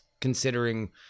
considering